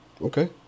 Okay